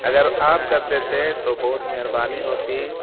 اگر آپ کر دیتے ہیں تو بہت مہربانی ہوتی